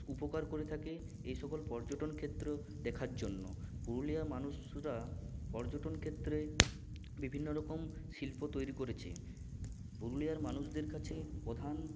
উপকার করে থাকে এইসকল পর্যটনক্ষেত্র দেখার জন্য পুরুলিয়ার মানুষরা পর্যটনক্ষেত্রে বিভিন্ন রকম শিল্প তৈরি করেছে পুরুলিয়ার মানুষদের কাছে প্রধান